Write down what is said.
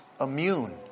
immune